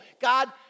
God